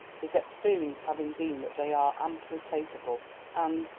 his experience having been they are amply capable and,